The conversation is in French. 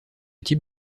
type